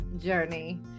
journey